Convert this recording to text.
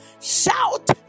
Shout